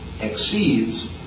exceeds